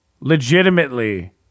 Legitimately